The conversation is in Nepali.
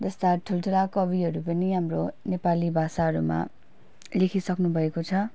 जास्ता ठुल्ठुला कविहरू पनि हाम्रो नेपाली भाषाहरूमा लेखी सक्नुभएको छ